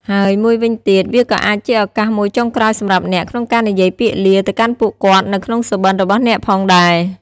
ហើយមួយវិញទៀត វាក៏អាចជាឱកាសមួយចុងក្រោយ សម្រាប់អ្នក ក្នុងការនិយាយពាក្យលា ទៅកាន់ពួកគាត់នៅ ក្នុងសុបិន្តរបស់អ្នកផងដែរ ។